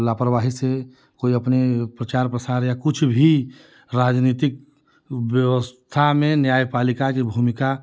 लापरवाही से कोई अपनी प्रचार प्रसार या कुछ भी राजनीतिक व्यवस्था में न्याय पालिका की भूमिका